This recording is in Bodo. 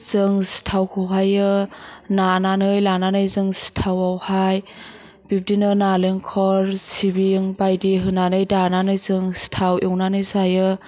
जों सिथावखौहायो नानानै लानानै जों सिथावावहाय बिब्दिनो नालेंखर सिबिं बायदि होनानै दानानै जों सिथाव एवनानै जायो